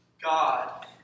God